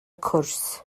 cwrs